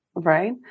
Right